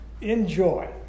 Enjoy